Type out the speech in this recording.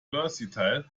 versatile